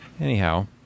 Anyhow